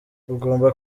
ugomba